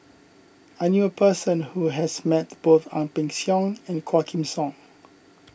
I knew a person who has met both Ang Peng Siong and Quah Kim Song